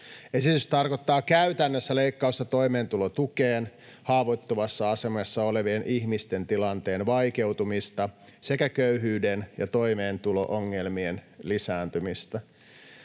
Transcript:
Esitys tarkoittaa käytännössä leikkausta toimeentulotukeen, haavoittuvassa asemassa olevien ihmisten tilanteen vaikeutumista sekä köyhyyden ja toimeentulo-ongelmien lisääntymistä.